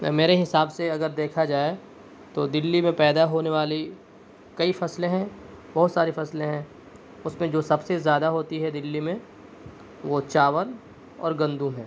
میرے حساب سے اگر دیکھا جائے تو دلی میں پیدا ہونے والی کئی فصلیں ہیں بہت ساری فصلیں ہیں اس میں جو سب سے زیادہ ہوتی ہے دلی میں وہ چاول اور گندم ہے